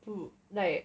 would like